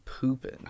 pooping